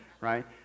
right